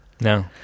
No